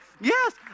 Yes